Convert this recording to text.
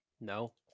No